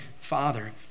father